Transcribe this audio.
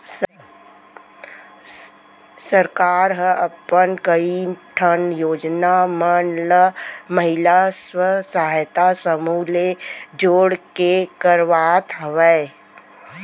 सरकार ह अपन कई ठन योजना मन ल महिला स्व सहायता समूह ले जोड़ के करवात हवय